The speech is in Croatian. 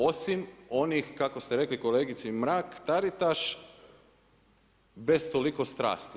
Osim onih kako ste rekli kolegici Mrak Taritaš, bez toliko strasti.